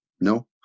No